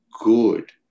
good